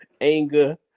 anger